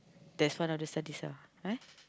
that's one of the studies ah right